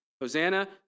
Hosanna